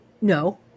No